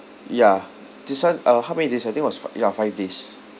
ya this [one] uh how many days I think it was fi~ ya five days